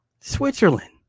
Switzerland